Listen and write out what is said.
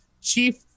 chief